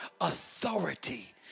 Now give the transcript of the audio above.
authority